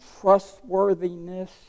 trustworthiness